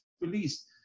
released